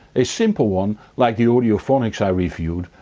a simple one, like the audiophonics i reviewed,